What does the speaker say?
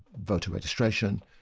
voter registration,